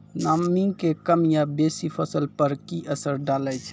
नामी के कम या बेसी फसल पर की असर डाले छै?